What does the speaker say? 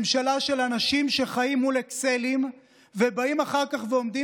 ממשלה של אנשים שחיים מול אקסלים ובאים אחר כך ועומדים